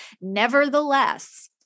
Nevertheless